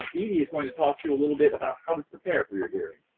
um edie is going to talk to you a little bit about how to prepare for your hearing.